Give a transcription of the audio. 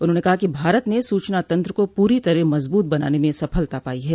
उन्होंने कहा कि भारत ने सूचना तंत्र को पूरी तरह मजबूत बनाने में सफलता पाई है